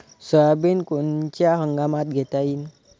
Soybean कोनच्या हंगामात घेता येईन?